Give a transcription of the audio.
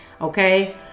Okay